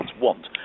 want